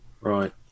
Right